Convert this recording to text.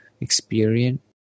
experience